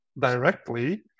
directly